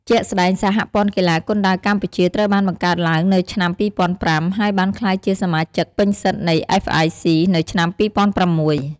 ជាក់ស្តែង សហព័ន្ធកីឡាគុនដាវកម្ពុជា ត្រូវបានបង្កើតឡើងនៅឆ្នាំ ២០០៥ ហើយបានក្លាយជាសមាជិកពេញសិទ្ធិនៃ អ្វេស អាយ អុី នៅឆ្នាំ ២០០៦។